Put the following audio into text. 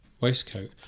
waistcoat